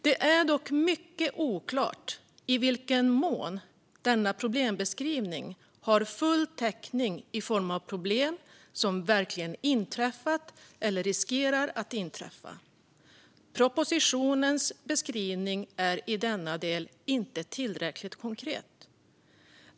Det är dock mycket oklart i vilken mån denna problembeskrivning har full täckning i form av problem som verkligen inträffat eller riskerar att inträffa. Propositionens beskrivning är i denna del inte tillräckligt konkret.